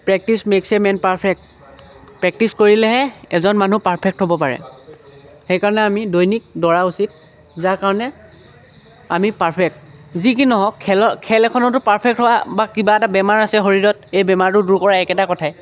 practice makes man perfect practice কৰিলেহে এজন মানুহ পাৰফেক্ট হ'ব পাৰে সেইকাৰণে আমি দৈনিক দৌৰাৰ উচিত যাৰ কাৰণে আমি পাৰফেক্ট যি কি নহওক খেলৰ খেল এখনতো পাৰফেকট হোৱা বা কিবা এটা বেমাৰ আছে শৰীৰত এই বেমাৰটো দূৰ কৰা একেটা কথাই